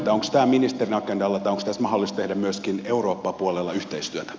onko tämä ministerin agendalla tai onko tässä mahdollista tehdä myöskin eurooppa puolella yhteistyötä